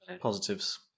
Positives